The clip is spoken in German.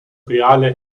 reale